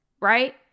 right